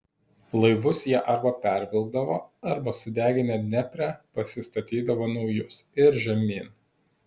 laivus jie arba pervilkdavo arba sudeginę dniepre pasistatydavo naujus ir žemyn